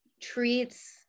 treats